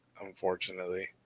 unfortunately